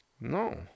No